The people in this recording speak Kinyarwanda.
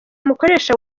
umukoresha